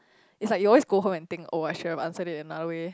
is like you always go home and think oh I should have answer in another way